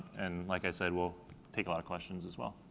and like i said we'll take a lot of questions as well.